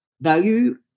value